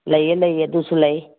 ꯂꯩꯌꯦ ꯂꯩꯌꯦ ꯑꯗꯨꯁꯨ ꯂꯩ